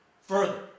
further